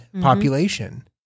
population